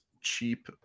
cheap